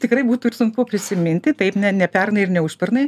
tikrai būtų ir sunku prisiminti taip ne ne pernai ir ne už pernai